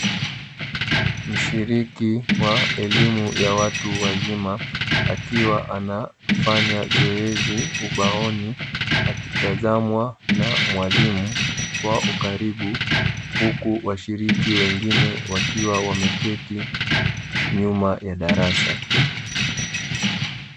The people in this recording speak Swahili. Mshiriki wa elimu ya watu wazima, akiwa anafanya zoezi ubaoni, akitazamwa na mwalimu kwa ukaribu, huku washiriki wengine wakiwa wameketi nyuma ya darasa.